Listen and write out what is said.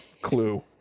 clue